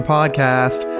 Podcast